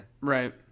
Right